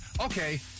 Okay